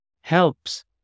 helps